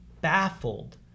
baffled